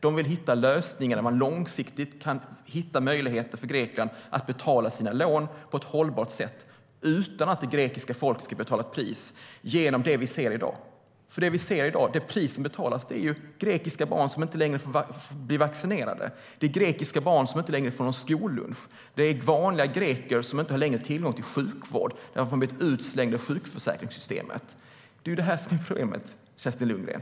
Man vill hitta lösningar med långsiktiga möjligheter för Grekland att betala sina lån på ett hållbart sätt utan att det grekiska folket ska betala ett pris genom det vi ser i dag. Det pris som i dag betalas är grekiska barn som inte längre blir vaccinerade. Det är grekiska barn som inte längre får någon skollunch. Det är vanliga greker som inte längre har tillgång till sjukvård för att de har blivit utslängda ur sjukförsäkringssystemet. Det är ju detta som är problemet, Kerstin Lundgren.